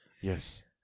yes